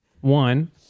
One